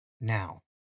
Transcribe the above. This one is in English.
Now